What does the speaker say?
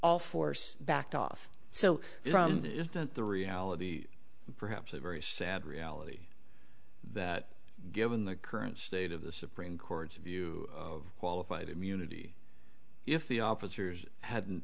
all force backed off so from that the reality perhaps a very sad reality that given the current state of the supreme court's view of qualified immunity if the officers hadn't